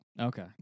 Okay